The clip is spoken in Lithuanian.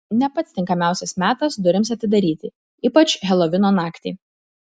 ne pats tinkamiausias metas durims atidaryti ypač helovino naktį